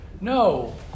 No